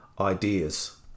ideas